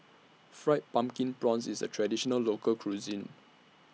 Fried Pumpkin Prawns IS A Traditional Local Cuisine